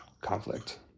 conflict